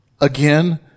Again